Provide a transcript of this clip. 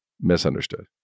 misunderstood